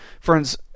Friends